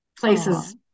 places